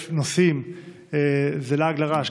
כ-1,000 נוסעים זה לעג לרש,